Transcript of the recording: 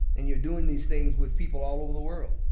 and you're doing these things with people all over the world.